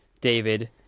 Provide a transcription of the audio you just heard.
David